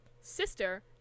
Sister